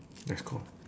that's call